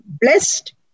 blessed